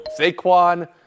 Saquon